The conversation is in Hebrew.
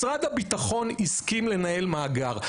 משרד הביטחון הסכים לנהל מאגר.